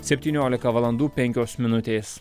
septyniolika valandų penkios minutės